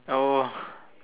oh